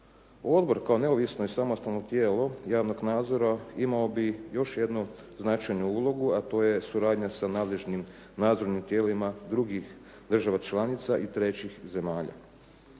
Odbor kao neovisno i samostalno tijelo javnog nadzora imao bi još jednu značajnu ulogu a to je suradnja sa nadležnim nadzornim tijelima drugih država članica i trećih zemalja.